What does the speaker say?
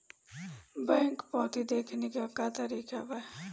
Bank पवती देखने के का तरीका बा?